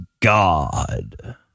God